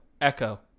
Echo